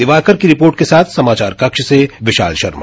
दिवाकर की रिपोर्ट के साथ समाचार कक्ष से विशाल शर्मा